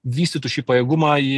vystytų šį pajėgumą į